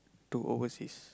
to overseas